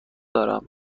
دارم